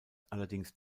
allerdings